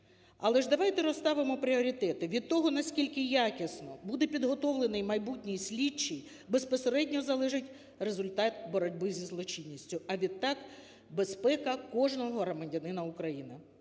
Але ж давайте розставимо пріоритети: від того, наскільки якісно буде підготовлений майбутній слідчий безпосередньо залежить результат боротьби зі злочинністю, а відтак – безпека кожного громадянина України.